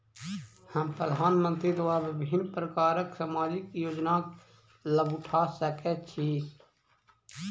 हम प्रधानमंत्री द्वारा विभिन्न प्रकारक सामाजिक योजनाक लाभ उठा सकै छी?